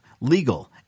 legal